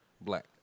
Black